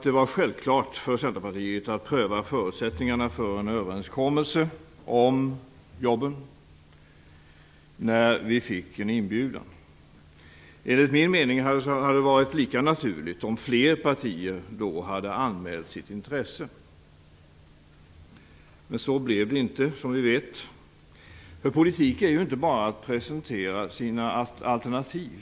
Det var självklart för Centerpartiet att pröva förutsättningarna för en överenskommelse om jobben när vi fick en inbjudan. Enligt min mening hade det varit lika naturligt om fler partier då hade anmält sitt intresse. Men så blev det inte, som vi vet. Politik är inte bara att presentera sina alternativ.